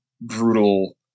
brutal